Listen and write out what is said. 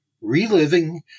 Reliving